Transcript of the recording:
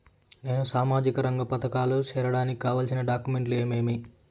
నేను సామాజిక రంగ పథకాలకు సేరడానికి కావాల్సిన డాక్యుమెంట్లు ఏమేమీ?